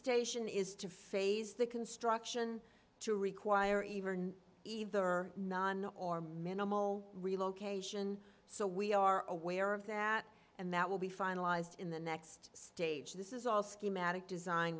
station is to phase the construction to require even either non or minimal relocation so we are aware of that and that will be finalized in the next stage this is all schematic design